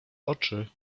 oczy